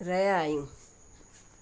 रहिया आहियूं